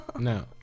No